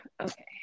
okay